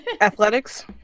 Athletics